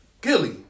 Gilly